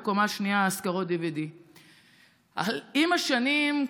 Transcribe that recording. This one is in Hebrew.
ובקומה שנייה השכרות DVD. עם השנים,